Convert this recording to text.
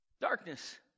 Darkness